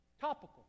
topical